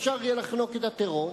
אפשר יהיה לחנוק את הטרור.